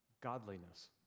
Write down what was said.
Godliness